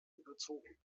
überzogen